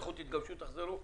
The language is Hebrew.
לכו תתגבשו ותחזרו?